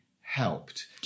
helped